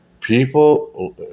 People